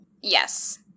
Yes